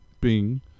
Bing